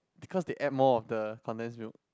because they add more of the condense milk